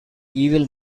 evil